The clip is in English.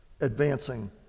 advancing